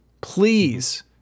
Please